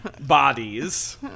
bodies